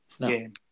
game